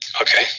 Okay